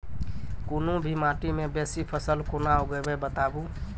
कूनू भी माटि मे बेसी फसल कूना उगैबै, बताबू?